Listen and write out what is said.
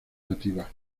nativas